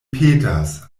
petas